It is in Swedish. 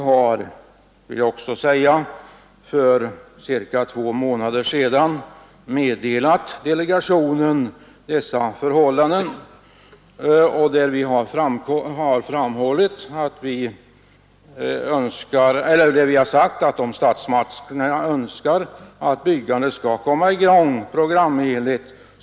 För cirka två månader sedan meddelade vi delegationen vilka förhållanden som råder, och vi framhöll att åtgärder måste vidtas omedelbart om statsmakterna önskar att byggandet skall komma i gång programenligt.